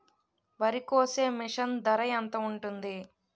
వరి కోసే మిషన్ ధర ఎంత ఉంటుంది?